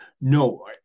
No